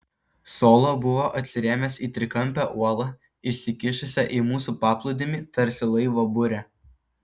solo buvo atsirėmęs į trikampę uolą išsikišusią į mūsų paplūdimį tarsi laivo burė